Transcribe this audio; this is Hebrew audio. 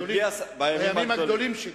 בימים הגדולים שלי.